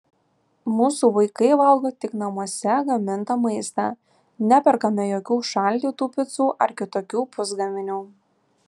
mūsų vaikai valgo tik namuose gamintą maistą neperkame jokių šaldytų picų ar kitokių pusgaminių